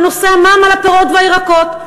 בנושא המע"מ על הפירות והירקות,